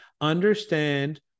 understand